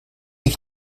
ich